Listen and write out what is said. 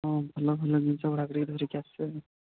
ହଁ ଭଲ ଭଲ ଜିନିଷଗୁଡ଼ାକରେ ଧରିକି ଆସିବା ହେରି